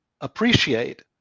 appreciate